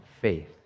faith